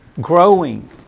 growing